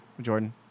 Jordan